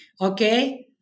Okay